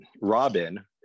Robin